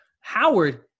Howard